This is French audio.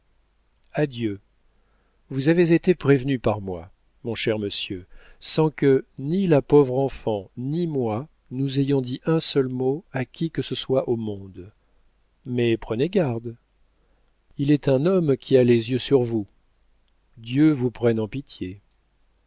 adieu vous avez été prévenu par moi mon cher monsieur sans que ni la pauvre enfant ni moi nous ayons dit un seul mot à qui que ce soit au monde mais prenez garde il est un homme qui a les yeux sur vous dieu vous prenne en pitié